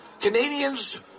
Canadians